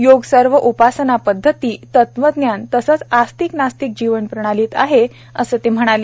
योग सर्व उपासना पद्वती तत्वज्ञान तसेच आस्तिक नास्तिक जीवन प्रणालीत आहे असे ते म्हणाले